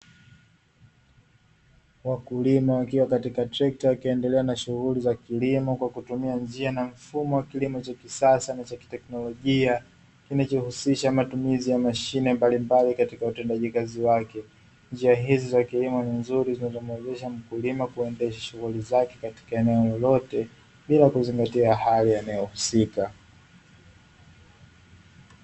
Wakulima wakiwa katika trekta wakiendelea na shughuli za kilimo kwa kutumia njia na mfumo wa kilimo cha kisasa na cha kiteknolojia kinachohusisha matumizi ya mashine mbalimbali katika utendaji kazi wake. Njia hizi za kilimo ni nzuri zinazomuwezesha mkulima kuendesha shughuli zake katika eneo lolote bila kuzingatia hali ya eneo husika.